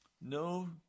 No